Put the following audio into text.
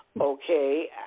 okay